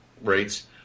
rates